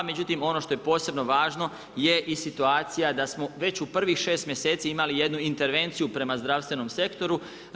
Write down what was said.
Međutim, ono što je posebno važno je i situacija da smo već u prvih šest mjeseci imali jednu intervenciju prema zdravstvenom sektoru.